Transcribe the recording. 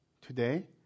Today